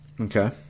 Okay